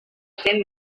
cent